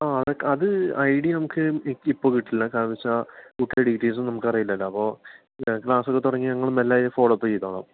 ആ അതൊക്കെ അത് ഐ ഡി നമുക്ക് ഇപ്പോൾ കിട്ടില്ല കാരണം എന്നു വച്ചാൽ കുട്ടിയുടെ ഡീറ്റെയിൽസൊന്നും നമുക്കറിയില്ലലോ അപ്പോൾ ക്ലാസ്സൊക്കെ തുടങ്ങി ഞങ്ങൾ മെല്ലെ ഫോളോഅപ്പ് ചെയ്തുകൊളളാം